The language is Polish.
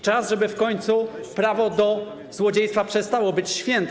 Czas, żeby w końcu prawo do złodziejstwa przestało być święte.